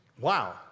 Wow